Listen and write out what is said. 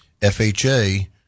FHA